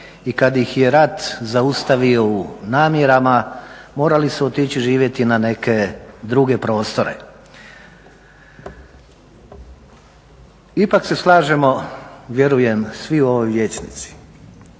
i kad ih je rat zaustavio u namjerama morali su otići živjeti na neke druge prostore. Ipak se slažemo vjerujem svi u ovoj vijećnici,